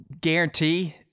guarantee